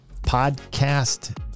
Podcast